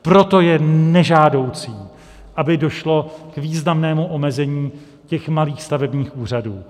Proto je nežádoucí, aby došlo k významnému omezení malých stavebních úřadů.